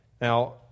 Now